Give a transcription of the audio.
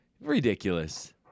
Ridiculous